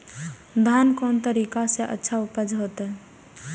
धान कोन तरीका से अच्छा उपज होते?